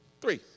Three